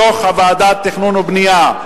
מתוך הוועדה לתכנון ובנייה,